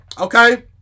Okay